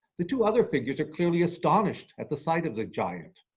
the two other fingers are clearly astonished at the sight of the giant.